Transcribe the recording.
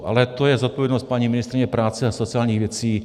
Ale to je zodpovědnost paní ministryně práce a sociálních věcí.